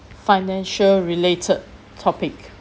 financial related topic